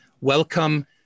Welcome